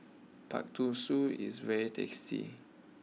Pak Thong is very tasty